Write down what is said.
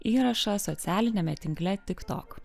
įrašą socialiniame tinkle tik tok